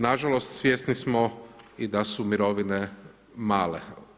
Nažalost, svjesni smo i da su mirovine male.